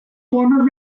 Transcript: former